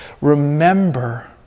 Remember